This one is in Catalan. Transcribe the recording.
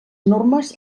normes